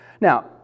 Now